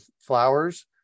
flowers